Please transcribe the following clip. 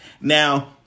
Now